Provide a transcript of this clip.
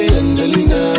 angelina